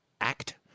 act